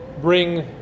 bring